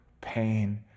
pain